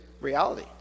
reality